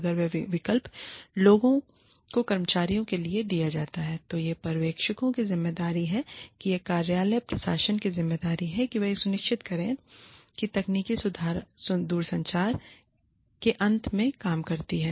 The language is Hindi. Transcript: अगर यह विकल्प लोगों को कर्मचारियों के लिए दिया जाता है तो यह पर्यवेक्षकों की ज़िम्मेदारी है कि यह कार्यालय प्रशासन की ज़िम्मेदारी है कि वह यह सुनिश्चित करे कि तकनीक दूरसंचार के अंत में काम करती है